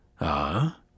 Ah